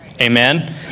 amen